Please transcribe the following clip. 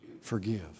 Forgive